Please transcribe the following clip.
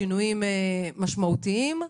שינויים משמעותיים.